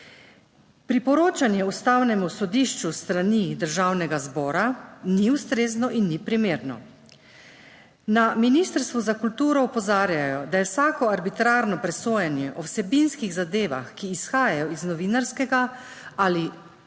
Priporočanje Ustavnemu sodišču s strani Državnega zbora ni ustrezno in ni primerno. Na ministrstvu za kulturo opozarjajo, da je vsako arbitrarno presojanje o vsebinskih zadevah, ki izhajajo iz novinarskega ali uredniškega